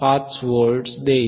5 volts देईल